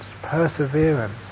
perseverance